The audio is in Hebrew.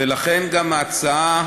ולכן גם להצעה